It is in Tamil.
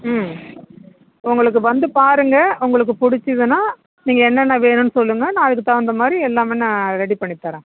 ம் உங்களுக்கு வந்து பாருங்கள் உங்களுக்கு பிடிச்சுதுன்னா நீங்கள் என்னென்ன வேணும்ன்னு சொல்லுங்கள் நான் அதுக்குத் தகுந்த மாதிரி எல்லாமே நான் ரெடி பண்ணித் தரேன்